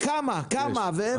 כמה ואיפה?